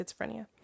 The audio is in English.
schizophrenia